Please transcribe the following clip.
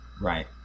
right